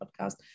podcast